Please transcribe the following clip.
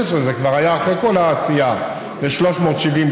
להשאיר אותה מחוץ לדלת הגן,